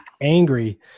angry